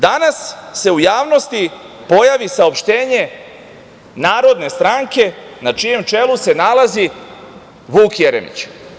Danas se u javnosti pojavi saopštenje Narodne stranke na čijem čelu se nalazi Vuk Jeremić.